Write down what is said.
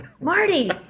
Marty